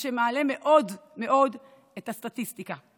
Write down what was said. זה שמעלה מאוד את הסטטיסטיקה.